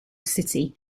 city